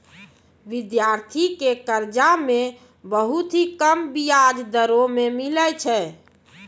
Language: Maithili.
विद्यार्थी के कर्जा मे बहुत ही कम बियाज दरों मे मिलै छै